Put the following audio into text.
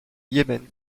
yémen